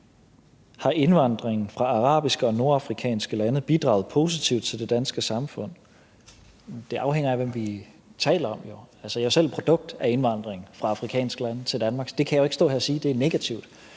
har indvandringen fra arabiske og nordafrikanske lande bidraget positivt til det danske samfund? Det afhænger jo af, hvem vi taler om. Jeg er selv et produkt af indvandringen fra et afrikansk land til Danmark, så jeg kan jo ikke stå her og sige, at det er negativt.